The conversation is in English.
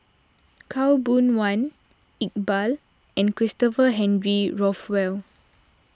Khaw Boon Wan Iqbal and Christopher Henry Rothwell